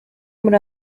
muri